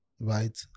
right